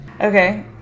Okay